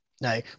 No